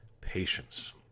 patience